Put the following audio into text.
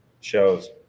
Shows